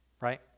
right